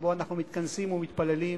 שבו אנחנו מתכנסים ומתפללים,